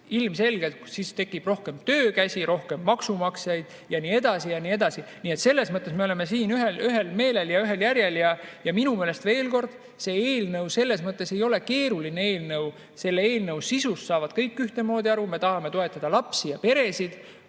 Ilmselgelt siis tekib rohkem töökäsi, rohkem maksumaksjaid ja nii edasi ja nii edasi. Nii et selles mõttes me oleme ühel meelel ja ühel [nõul]. Ja veel kord, see eelnõu ei ole keeruline eelnõu, selle eelnõu sisust saavad kõik ühtemoodi aru: me tahame toetada lapsi ja peresid.